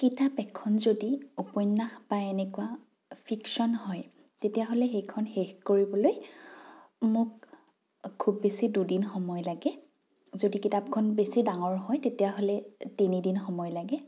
কিতাপ এখন যদি উপন্যাস বা এনেকুৱা ফিক্সন হয় তেতিয়াহ'লে সেইখন শেষ কৰিবলৈ মোক খুব বেছি দুদিন সময় লাগে যদি কিতাপখন বেছি ডাঙৰ হয় তেতিয়াহ'লে তিনিদিন সময় লাগে